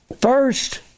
first